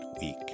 week